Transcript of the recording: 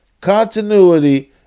Continuity